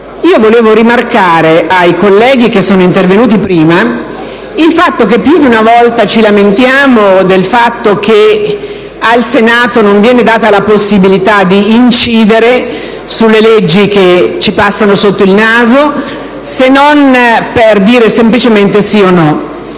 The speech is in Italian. vorrei ricordare ai colleghi intervenuti prima che più di una volta ci lamentiamo del fatto che al Senato non viene data la possibilità di incidere sulle leggi che ci passano sotto il naso, se non per dire semplicemente «sì» o «no».